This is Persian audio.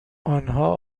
آنها